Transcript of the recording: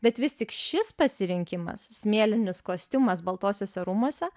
bet vis tik šis pasirinkimas smėlinis kostiumas baltuosiuose rūmuose